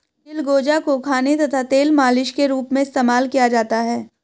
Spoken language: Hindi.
चिलगोजा को खाने तथा तेल मालिश के रूप में इस्तेमाल किया जाता है